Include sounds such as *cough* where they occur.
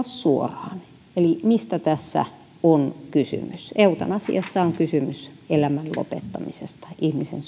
*unintelligible* suoraan eli mistä tässä on kysymys eutanasiassa on kysymys elämän lopettamisesta ihmisen *unintelligible*